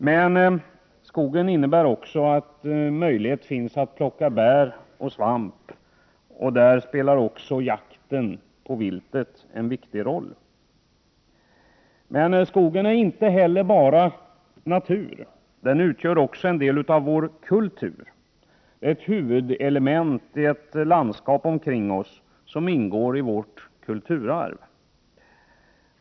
Men skogen innebär också en möjlighet att plocka bär och svamp, och här spelar också jakten på viltet en viktig roll. Skogen är emellertid inte bara natur. Den utgör också en del av vår kultur. Den är ett huvudelement i landskapet omkring oss och ingår i vårt kulturarv.